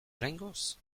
oraingoz